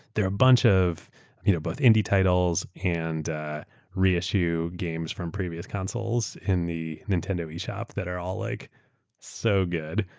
there are a bunch of you know both indie titles and reissued games on previous consoles in the nintendo eshop that are all like so good.